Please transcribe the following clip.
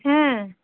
হ্যাঁ